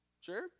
Sure